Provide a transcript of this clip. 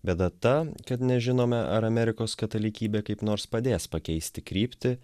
bėda ta kad nežinome ar amerikos katalikybė kaip nors padės pakeisti kryptį